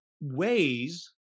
ways